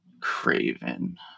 craven